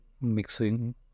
mixing